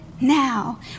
now